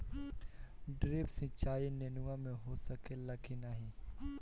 Drip सिंचाई नेनुआ में हो सकेला की नाही?